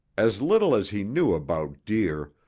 as little as he knew about deer,